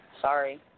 Sorry